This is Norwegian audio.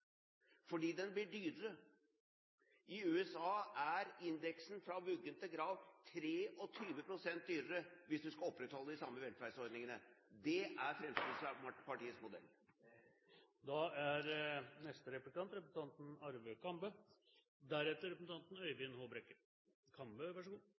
Den blir dyrere. I USA er indeksen fra vugge til grav 23 pst. dyrere hvis man skal opprettholde de samme velferdsordningene. Det er Fremskrittspartiets modell. Det er ikke vår politikk. Det som Høyre, Kristelig Folkeparti, Fremskrittspartiet og Venstre er